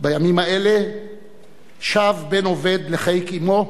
בימים האלה שב בן אובד לחיק אמו,